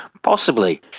possibly.